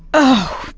oh